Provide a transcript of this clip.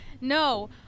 No